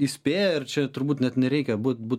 įspėja ir čia turbūt net nereikia būt būt